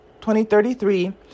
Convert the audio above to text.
2033